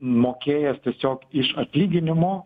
mokėjęs tiesiog iš atlyginimo